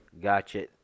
Gotcha